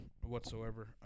whatsoever